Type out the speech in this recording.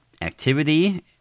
activity